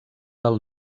del